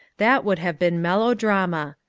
that would have been melodrama.